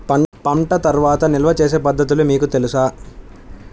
పంట తర్వాత నిల్వ చేసే పద్ధతులు మీకు తెలుసా?